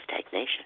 stagnation